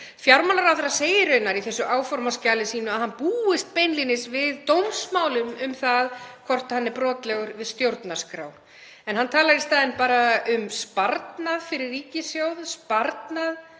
Fjármálaráðherra segir raunar í þessu áformaskjali sínu að hann búist beinlínis við dómsmálum um það hvort hann sé brotlegur við stjórnarskrá en hann talar í staðinn bara um sparnað fyrir ríkissjóð, sparnað